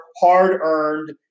hard-earned